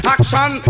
Action